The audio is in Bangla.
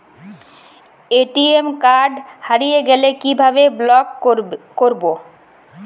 এ.টি.এম কার্ড হারিয়ে গেলে কিভাবে ব্লক করবো?